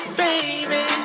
baby